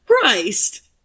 christ